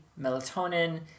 melatonin